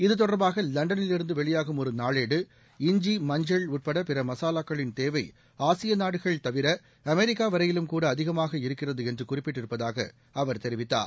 இது தொடர்பாக லண்டனிலிருந்து வெளியாகும் ஒரு நாளேடு இஞ்சி மஞ்சள் உட்பட பிற மசாலாக்களின் தேவை ஆசிய நாடுகள்தவிர அமெிக்கா வரையிலும்கூட அதிகமாக இருக்கிறது என்று அதில் குறிப்பிட்டிருப்பதாக அவர் தெரிவித்தார்